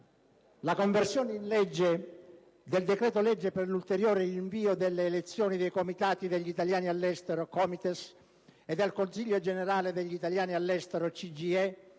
la conversione in legge del decreto-legge per l'ulteriore rinvio delle elezioni dei Comitati degli italiani all'estero (COMITES) e del Consiglio generale degli italiani all'estero (CGIE),